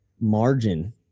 margin